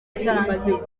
itarangiye